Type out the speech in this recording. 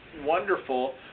wonderful